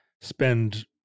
spend